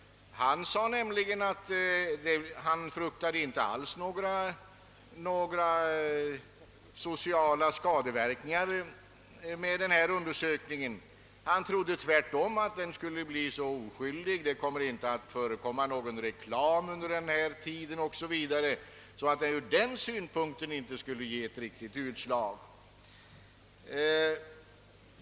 Han sade nämligen att han inte alls fruktade några sociala skadeverkningar av denna undersökning; han trodde tvärtom att den skulle bli så oskyldig — det skall ju inte förekomma någon reklam under denna tid o. s. v. — att den ur den synpunkten inte skulle ge ett riktigt utslag.